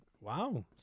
Wow